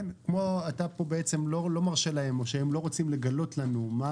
אתה כאן בעצם לא מרשה להם או שהם לא רוצים לגלות לנו מה